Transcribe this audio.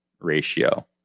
ratio